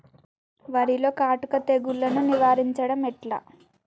వరిలో కాటుక తెగుళ్లను నివారించడం ఎట్లా?